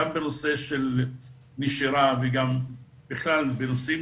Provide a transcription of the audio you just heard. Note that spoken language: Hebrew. גם בנושא של נשירה ובכלל גם בנושאים